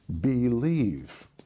believe